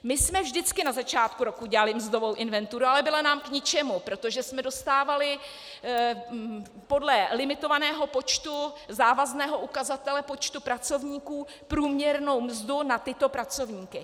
My jsme vždycky na začátku roku dělali mzdovou inventuru, ale byla nám k ničemu, protože jsme dostávali podle limitovaného počtu, závazného ukazatele počtu pracovníků průměrnou mzdu na tyto pracovníky.